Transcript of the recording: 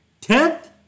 Tenth